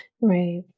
right